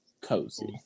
Cozy